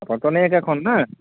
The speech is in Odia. ମଟନ୍ ହେରିକା ଖାନ୍ତି ନା